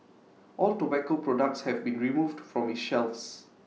all tobacco products have been removed from its shelves